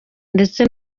ndetse